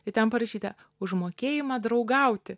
ir ten parašyta už mokėjimą draugauti